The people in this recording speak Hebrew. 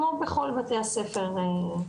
כמו בכל בתי הספר בארץ.